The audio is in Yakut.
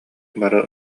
бары